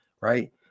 right